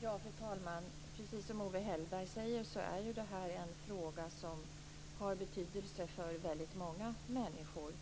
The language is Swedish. Fru talman! Precis som Owe Hellberg säger är detta en fråga som har betydelse för väldigt många människor.